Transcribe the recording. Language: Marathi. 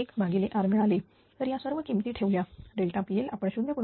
तर या सर्व किमती ठेवल्या pL आपण 0